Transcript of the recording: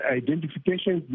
identification